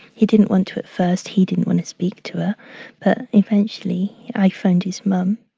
he didn't want to at first. he didn't want to speak to her. but eventually, i found his mum.